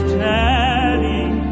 telling